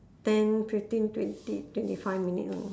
ten fifteen twenty twenty five minute only